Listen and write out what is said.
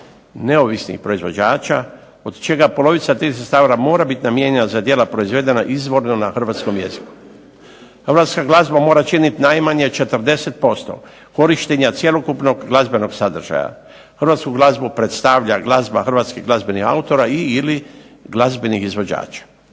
neovisnih proizvođača, od čega polovica tih sredstava mora biti namijenjena za djela proizvedena izvorno na hrvatskom jeziku. Hrvatska glazba mora činiti najmanje 40% korištenja cjelokupnog glazbenog sadržaja, hrvatsku glazbu predstavlja glazba hrvatskih glazbenih autora i/ili glazbenih izvođača.